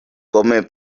come